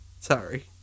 Sorry